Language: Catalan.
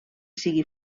sigui